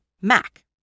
MAC